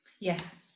Yes